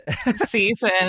season